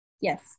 yes